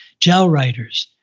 gel writers,